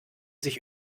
sich